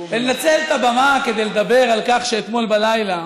ולנצל את הבמה כדי לדבר על כך שאתמול בלילה